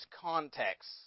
context